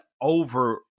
over